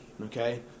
okay